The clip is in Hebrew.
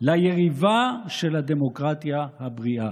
ליריבה של הדמוקרטיה הבריאה.